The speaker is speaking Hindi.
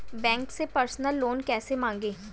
बैंक से पर्सनल लोन कैसे मांगें?